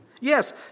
Yes